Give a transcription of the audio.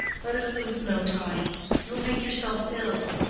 let us lose no time you will make yourself ill.